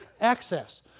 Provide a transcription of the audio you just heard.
access